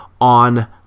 on